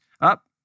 up